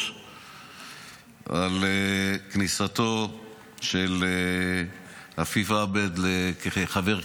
על כניסתו של עפיף עבד כחבר כנסת.